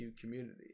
community